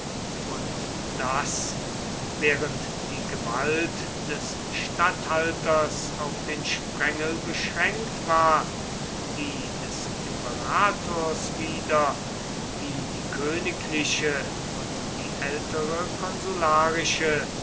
und daß während die gewalt des statthalters auf den sprengel beschränkt war die des imperators wieder wie die königliche und die ältere konsularische